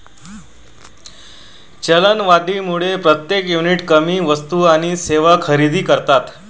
चलनवाढीमुळे प्रत्येक युनिट कमी वस्तू आणि सेवा खरेदी करतात